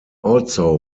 also